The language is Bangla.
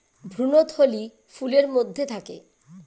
ভ্রূণথলি ফুলের মধ্যে থাকে